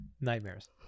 nightmares